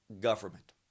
government